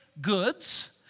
goods